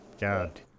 God